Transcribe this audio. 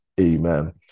Amen